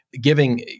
giving